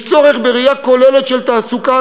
יש צורך בראייה כוללת של תעסוקה,